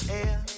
air